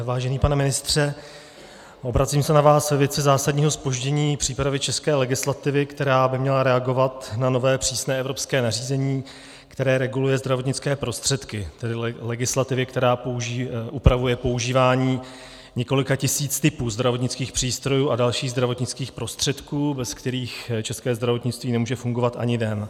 Vážený pane ministře, obracím se na vás ve věci zásadního zpoždění přípravy české legislativy, která by měla reagovat na nové přísné evropské nařízení, které reguluje zdravotnické prostředky, tedy legislativy, která upravuje používání několika tisíc typů zdravotnických přístrojů a dalších zdravotnických prostředků, bez kterých české zdravotnictví nemůže fungovat ani den.